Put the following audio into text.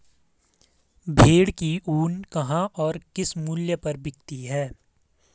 भेड़ की ऊन कहाँ और किस मूल्य पर बिकती है?